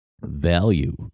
value